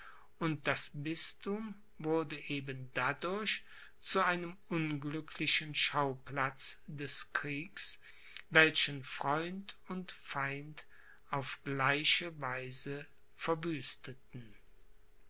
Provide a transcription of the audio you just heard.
und das bisthum wurde eben dadurch zu einem unglücklichen schauplatz des kriegs welchen freund und feind auf gleiche weise